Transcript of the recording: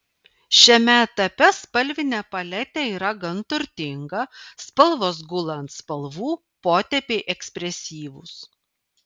šiame etape spalvinė paletė yra gan turtinga spalvos gula ant spalvų potėpiai ekspresyvūs